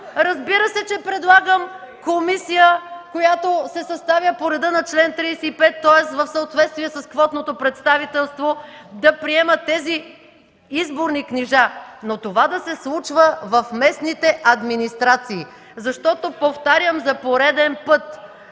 Разбира се, че предлагам комисия, която се съставя по реда на чл. 35, тоест в съответствие с квотното представителство, да приема изборните книжа, но това да се случва в местните администрации. Повтарям за пореден път: